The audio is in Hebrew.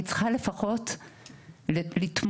היא צריכה לפחות לתמוך,